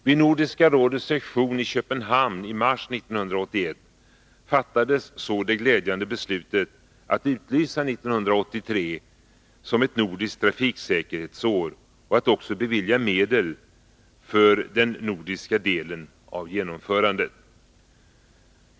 Vid Nordiska rådets session i Köpenhamn i mars 1981 fattades så det glädjande beslutet att utlysa 1983 som ett nordiskt trafiksäkerhetsår och att också bevilja medel för den nordiska delen av genomförandet.